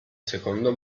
secondo